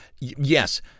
Yes